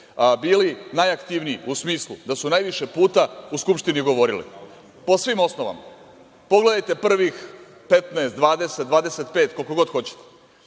bili najaktivniji u smislu da su najviše puta u skupštini govorili, po svim osnovama. Pogledajte prvih 15, 20, 25 koliko god hoćete,